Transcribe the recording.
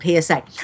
PSA